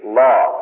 law